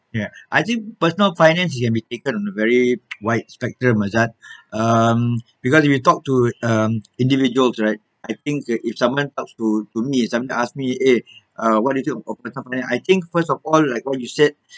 ya I think personal finance it can be taken on a very wide spectrum azad um because if you talk to um individuals right I think that if someone comes to to me if somebody ask me eh what do you think of personal finance I think first of all like what you said